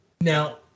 Now